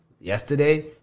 yesterday